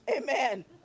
Amen